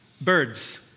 Birds